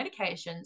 medications